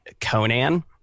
Conan